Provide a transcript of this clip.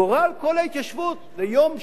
גורל כל ההתיישבות ליום שלום,